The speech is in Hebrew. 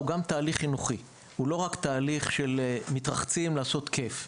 הוא גם תהליך חינוכי ולא רק תהליך של רחצה וכייף.